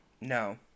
No